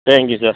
thank you sir